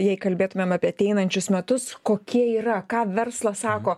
jei kalbėtumėm apie ateinančius metus kokie yra ką verslas sako